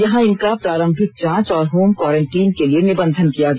यहां इनका प्रारंभिक जाँच और होम कोरेंटिन के लिए निबंधन किया गया